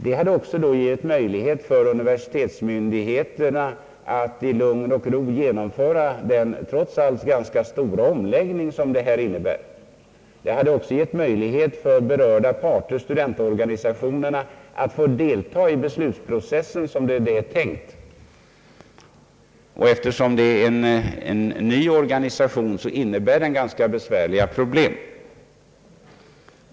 Då hade också universitetsmyndigheterna fått möjlighet att i lugn och ro genomföra den trots allt ganska stora omläggning som detta innebär. Det hade också gett möjlighet för berörda parter, för studentorganisationerna, att få delta i beslutsprocessen, som det är tänkt. Eftersom det är fråga om en ny organisation uppstår ju ganska besvärliga probiem.